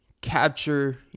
capture